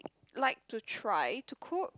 like to try to cook